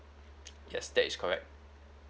yes that is correct